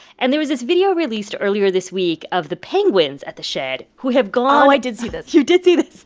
and there was this video released earlier this week of the penguins at the shedd who have gone. oh, i did see this you did see this.